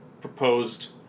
proposed